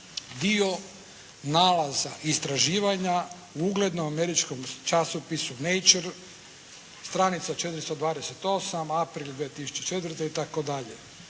dio nalaza, istraživanja u uglednom američkom časopisu «Nature», stranica 428, april 2004. i